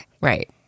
Right